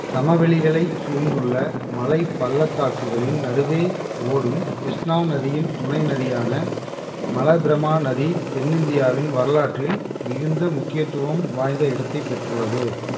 சமவெளிகளைச் சூழ்ந்துள்ள மலைப் பள்ளத்தாக்குகளின் நடுவே ஓடும் கிருஷ்ணா நதியின் துணை நதியான மலபிரமா நதி தென்னிந்தியாவின் வரலாற்றில் மிகுந்த முக்கியத்துவம் வாய்ந்த இடத்தைப் பெற்றுள்ளது